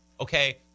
okay